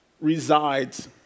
resides